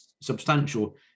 substantial